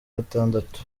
gatandatu